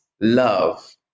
love